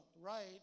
right